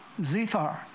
Zithar